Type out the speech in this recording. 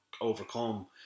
overcome